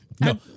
No